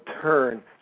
turn